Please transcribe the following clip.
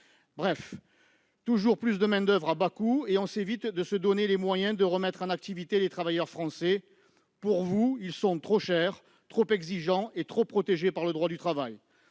Bref, toujours plus de main-d'oeuvre à bas coût, et on ne se donne pas les moyens de remettre en activité des travailleurs français ! Pour vous, ils sont trop chers, trop exigeants et trop protégés par le droit du travail.